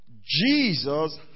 Jesus